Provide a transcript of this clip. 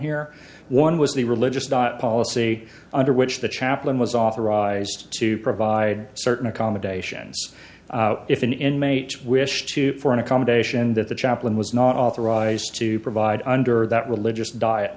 here one was the religious policy under which the chaplain was authorized to provide certain accommodations if an inmate wished to for an accommodation that the chaplain was not authorized to provide under that religious diet